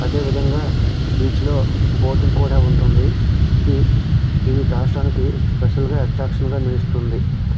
అదేవిధంగా బీచ్లో బోటింగ్ కూడా ఉంటుంది ఇది ఇవి రాష్ట్రానికి స్పెషల్గా అట్రాక్షన్గా నిలుస్తుంది